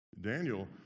Daniel